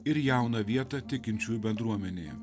ir jauną vietą tikinčiųjų bendruomenėje